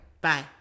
Bye